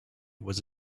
was